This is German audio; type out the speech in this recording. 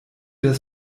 das